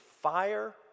fire